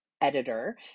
editor